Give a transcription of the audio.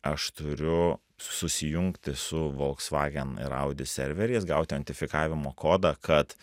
aš turiu susijungti su volkswagen ir audi serveriais gauti autenfikavimo kodą kad